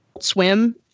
swim